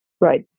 Right